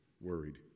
worried